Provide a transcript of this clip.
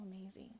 amazing